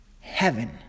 Heaven